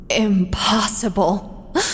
Impossible